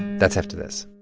that's after this